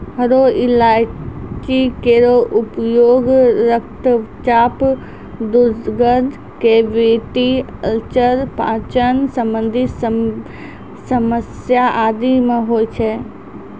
हरो इलायची केरो उपयोग रक्तचाप, दुर्गंध, कैविटी अल्सर, पाचन संबंधी समस्या आदि म होय छै